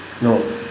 No